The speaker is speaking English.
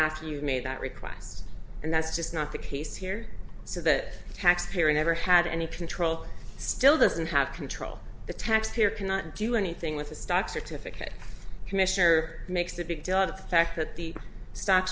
after you've made that request and that's just not the case here so that taxpayer never had any control still doesn't have control the taxpayer cannot do anything with a stock certificate commissioner makes a big deal out of the fact that the stock